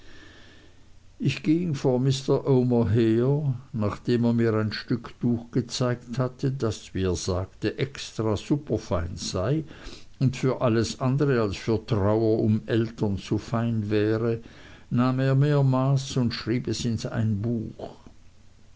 ich ging vor mr omer her nachdem er mir ein stück tuch gezeigt hatte das wie er sagte extra superfein sei und für alles andere als für trauer um eltern zu fein wäre nahm er mir maß und schrieb es in ein buch